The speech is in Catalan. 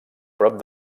prop